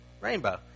rainbow